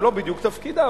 זה לא בדיוק תפקידה,